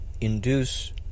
induce